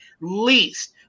least